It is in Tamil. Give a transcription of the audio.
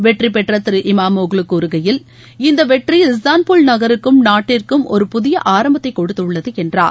வெற்றிபெற்ற திரு இமாமோக்லு கூறுகையில் இந்த வெற்றி இஸ்தான்புல் நகருக்கும் நாட்டிற்கும் ஒரு புதிய ஆரம்பத்தை கொடுத்துள்ளது என்றார்